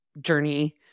journey